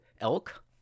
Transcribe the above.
elk